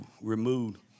removed